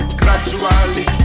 gradually